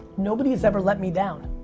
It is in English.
nobody has ever let me down.